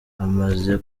amaze